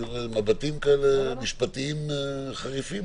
אני רואה מבטים כאלה משפטיים חריפים.